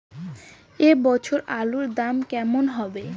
এ বছর আলুর দাম কেমন হবে?